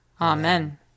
Amen